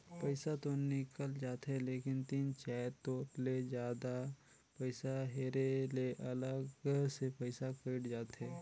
पइसा तो निकल जाथे लेकिन तीन चाएर तोर ले जादा पइसा हेरे ले अलग से पइसा कइट जाथे